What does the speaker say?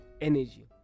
energy